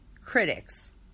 critics